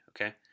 Okay